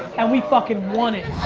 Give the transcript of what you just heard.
and we fucking won it.